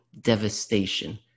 devastation